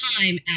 time